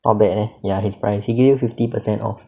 not bad eh ya his price he give you fifty percent off